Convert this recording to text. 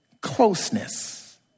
closeness